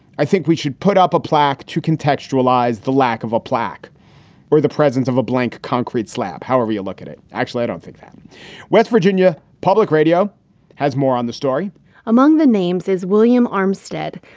i think we should put up a plaque to contextualize the lack of a plaque or the presence of a blank concrete slab, however you look at it. actually, i don't think west virginia public radio has more on the story among the names is william armstead,